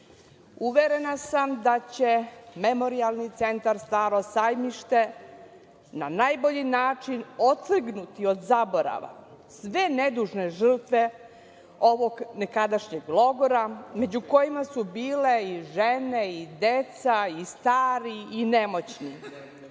sećanja. Uverena sam da će Memorijalni centar „Staro sajmište“ na najbolji način otrgnuti od zaborava sve nedužne žrtve ovog nekadašnjeg logora, među kojima su bile i žene i deca i stari i nemoćni.